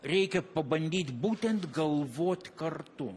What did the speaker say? reikia pabandyt būtent galvot kartu